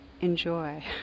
enjoy